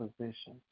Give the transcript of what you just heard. position